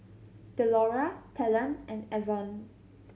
Delora Talen and Avon